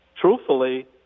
truthfully